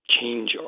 change